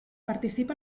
participa